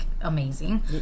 amazing